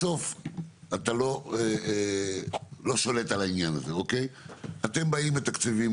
בסוף אתה לא שולט על העניין הזה אתם באים מתקצבים